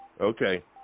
Okay